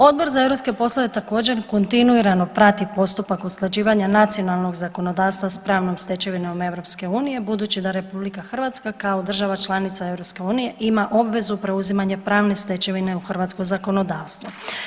Odbor za europske poslove također kontinuirano prati postupak usklađivanja nacionalnog zakonodavstva s pravnom stečevinom EU budući da RH kao država članica EU ima obvezu preuzimanja pravne stečevine u hrvatsko zakonodavstvo.